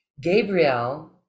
gabriel